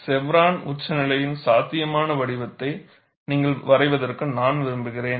chevron உச்சநிலையின் சாத்தியமான வடிவத்தை நீங்கள் வரைவதற்கு நான் விரும்புகிறேன்